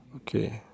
okay